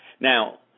Now